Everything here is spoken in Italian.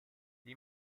gli